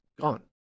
gone